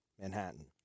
Manhattan